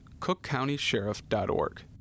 cookcountysheriff.org